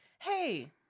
hey